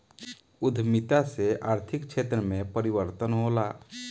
उद्यमिता से आर्थिक क्षेत्र में परिवर्तन होला